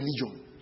religion